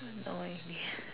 no idea